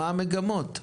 מהן המגמות?